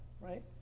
right